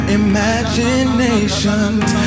imaginations